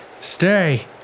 Stay